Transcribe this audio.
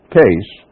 case